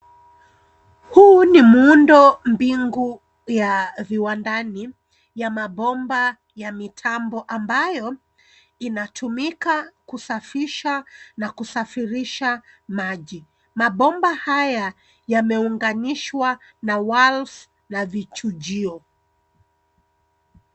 Huu ni muundo mbinu ya viwandani ya mabomba ya mitambo ambayo inatumika kusafisha na kusafirisha maji. Mabomba haya yameunganishwa na wires na vichunjio.